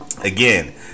Again